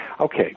okay